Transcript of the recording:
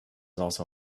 also